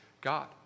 God